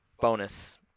bonus